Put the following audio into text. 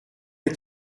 est